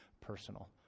personal